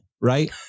right